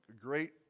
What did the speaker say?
great